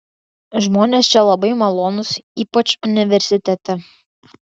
žmonės čia labai malonūs ypač universitete